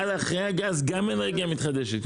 עד אחרי הגז, גם אנרגיה מתחדשת.